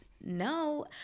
no